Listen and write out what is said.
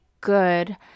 good